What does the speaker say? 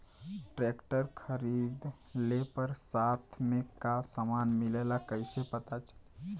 Tractor खरीदले पर साथ में का समान मिलेला कईसे पता चली?